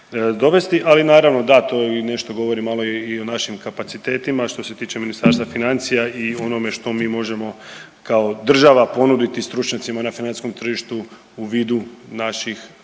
ali naravno, da, to i nešto govori malo i o našim kapacitetima, što se tiče Ministarstva financija i onome što mi možemo kao država ponuditi stručnjacima na financijskom tržištu u vidu naših financijskim